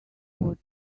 what